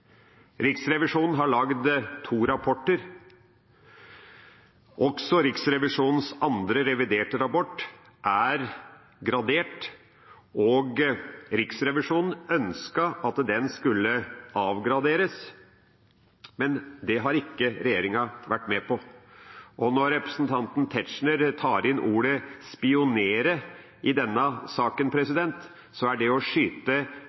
Riksrevisjonen kan gi. Riksrevisjonen har lagd to rapporter. Også Riksrevisjonens andre, reviderte rapport er gradert. Riksrevisjonen ønsket at den skulle avgraderes, men det har ikke regjeringa gått med på. Når representanten Tetzschner tar inn ordet «spionere» i denne saken, er det å skyte